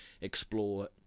explore